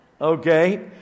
Okay